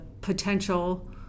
potential